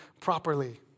properly